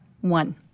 one